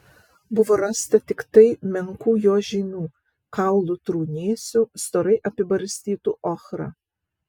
buvo rasta tiktai menkų jo žymių kaulų trūnėsių storai apibarstytų ochra